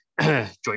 joint